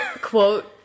quote